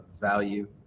value